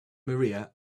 maria